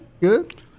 Good